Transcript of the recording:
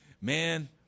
man